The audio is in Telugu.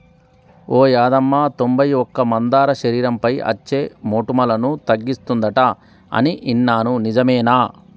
ఓ యాదమ్మ తొంబై ఒక్క మందార శరీరంపై అచ్చే మోటుములను తగ్గిస్తుందంట అని ఇన్నాను నిజమేనా